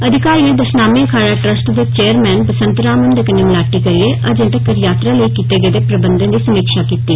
अधिकारियें दशनामी अखाड़ा ट्रस्ट दे चेयरमैन बंसत राम हुन्दे कन्नै मलाटी करियै अजें तक्कर यात्रा लेई कीत्ते गेदे प्रबंघे दी समीक्षा कीत्ती